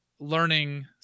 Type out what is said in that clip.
learning